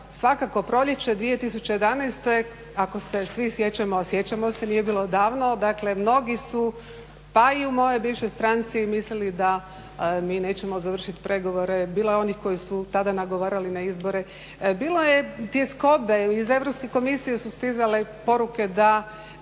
Svakako proljeće 2011. ako se svi sjećamo, a sjećamo se nije bilo davno, dakle mnogi su pa i u mojoj bivšoj stranci mislili da mi nećemo završiti pregovore. Bilo je onih koji su tada nagovarali na izbore, bilo je tjeskobe. Iz Europske komisije su stizale poruke da